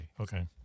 Okay